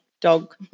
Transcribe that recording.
dog